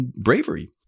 bravery